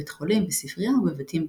בית חולים וספרייה ובבתים פרטיים.